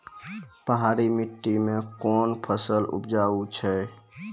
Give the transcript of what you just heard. पहाड़ी मिट्टी मैं कौन फसल उपजाऊ छ?